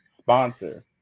sponsor